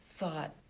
thought